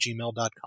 gmail.com